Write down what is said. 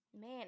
Man